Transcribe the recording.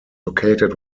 located